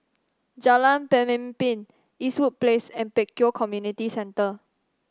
Jalan Pemimpin Eastwood Place and Pek Kio Community Centre